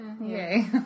Yay